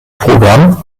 programm